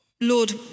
Lord